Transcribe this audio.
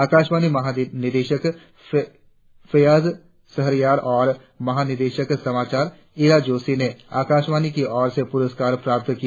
आकाशवाणी महानिदेशक फैय्याज शहरयार और महानिदेशक समाचार इरा जोशी ने आकाशवाणी की ओर से पुरस्कार प्राप्त किया